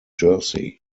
jersey